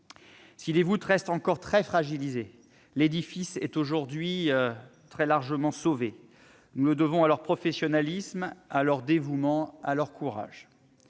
Si les voûtes restent encore très fragilisées, l'édifice est aujourd'hui largement sauvé. Nous le devons à leur professionnalisme, à leur dévouement, à leur courage.